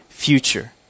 future